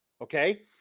Okay